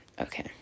okay